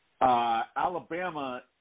Alabama –